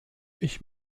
ich